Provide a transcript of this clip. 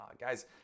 Guys